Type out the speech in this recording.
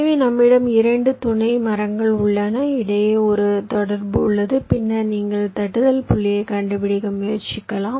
எனவே நம்மிடம் 2 துணை மரங்கள் உள்ளன இடையே ஒரு தொடர்பு உள்ளது பின்னர் நீங்கள் தட்டுதல் புள்ளியைக் கண்டுபிடிக்க முயற்சிக்கலாம்